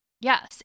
Yes